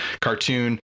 cartoon